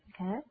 okay